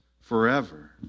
forever